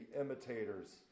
imitators